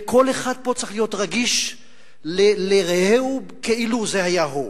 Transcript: וכל אחד פה צריך להיות רגיש לרעהו כאילו זה היה הוא.